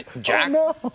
Jack